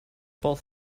both